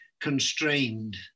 constrained